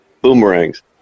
Boomerangs